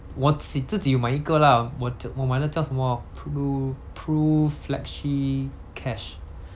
我自己自己有买一个啦我买的叫什么 pru~ PRUflexicash